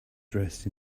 dressed